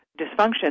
dysfunction